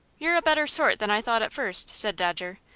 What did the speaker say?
you're a better sort than i thought at first, said dodger.